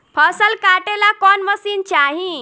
फसल काटेला कौन मशीन चाही?